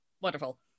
Wonderful